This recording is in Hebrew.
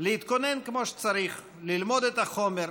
להתכונן כמו שצריך, ללמוד את החומר,